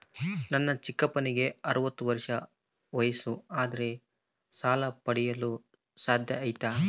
ನನ್ನ ಚಿಕ್ಕಪ್ಪನಿಗೆ ಅರವತ್ತು ವರ್ಷ ವಯಸ್ಸು ಆದರೆ ಸಾಲ ಪಡೆಯಲು ಸಾಧ್ಯ ಐತಾ?